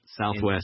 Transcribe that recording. Southwest